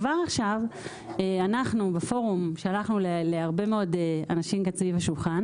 כבר עכשיו אנחנו בפורום שלחנו להרבה מאוד אנשים כאן סביב השולחן